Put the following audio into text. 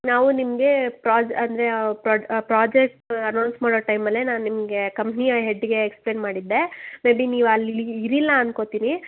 ನಾವು ನಿಮಗೆ ಪ್ರಾಜ ಅಂದರೆ ಪ್ರಾಡ್ ಪ್ರಾಜೆಕ್ಟ್ ಅನೌನ್ಸ್ ಮಾಡೋ ಟೈಮಲ್ಲೇ ನಾನು ನಿಮಗೆ ಕಂಪನಿಯ ಹೆಡ್ಡಿಗೆ ಎಕ್ಸ್ಪ್ಲೇನ್ ಮಾಡಿದ್ದೆ ಮೇಬಿ ನೀವು ಅಲ್ಲಿ ಇರ್ಲಿಲ್ಲ ಅನ್ಕೊತೀನಿ